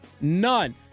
none